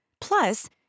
Plus